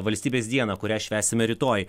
valstybės dieną kurią švęsime rytoj